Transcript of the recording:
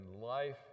life